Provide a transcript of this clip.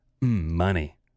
money